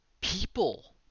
people